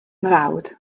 mrawd